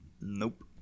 Nope